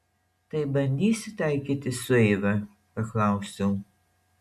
tai bandysi taikytis su eiva paklausiau